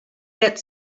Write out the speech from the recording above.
get